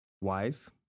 wise